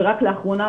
ורק לאחרונה,